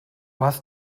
hast